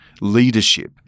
leadership